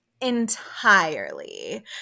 entirely